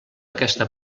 aquesta